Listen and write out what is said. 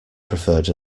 preferred